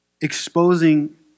exposing